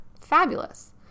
Fabulous